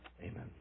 Amen